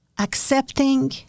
accepting